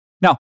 Now